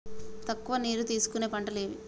తక్కువ నీరు తీసుకునే పంటలు ఏవి?